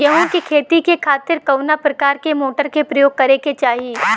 गेहूँ के खेती के खातिर कवना प्रकार के मोटर के प्रयोग करे के चाही?